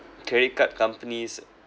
credit card companies